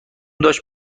داشت